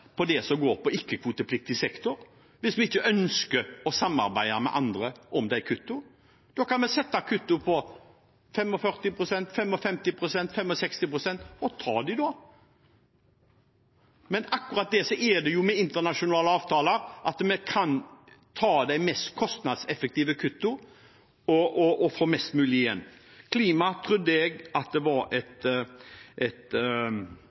det som handler om ikke-kvotepliktig sektor, hvis vi ikke ønsker å samarbeide med andre om de kuttene? Da kan vi sette kuttene til 45 pst, 55 pst., 65 pst og ta dem. Men det er akkurat det som er med internasjonale avtaler, at vi kan ta de mest kostnadseffektive kuttene og få mest mulig igjen. Jeg trodde at klima var et